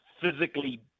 physically